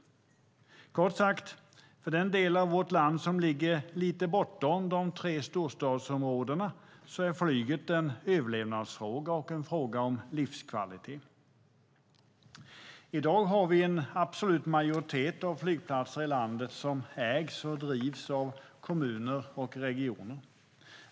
Kort sagt, för den del av vårt land som ligger lite bortom de tre storstadsområdena är flyget en överlevnadsfråga och en fråga om livskvalitet. I dag har vi en absolut majoritet av flygplatser i landet som ägs och drivs av kommuner och regioner.